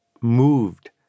moved